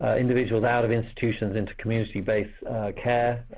individuals out of institutions into community-based care